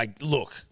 Look